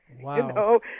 Wow